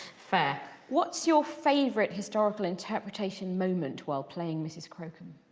fair. what's your favourite historical interpretation moment while playing mrs crocombe?